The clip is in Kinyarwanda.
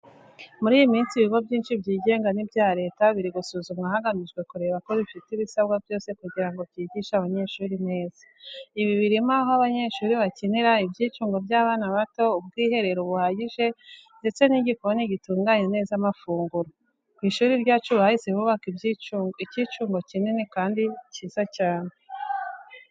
Muri iyi minsi, ibigo byinshi byigenga n’ibya leta biri gusuzumwa hagamijwe kureba ko bifite ibisabwa byose kugira ngo byigishe abanyeshuri neza. Ibi birimo aho abanyeshuri bakinira, ibyicungo by’abana bato, ubwiherero buhagije ndetse n’igikoni gitunganya neza amafunguro. Ku ishuri ryacu, bahise bubaka icyicungo kinini kandi cyiza cyane.